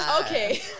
Okay